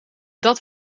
dat